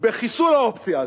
בחיסול האופציה הזאת,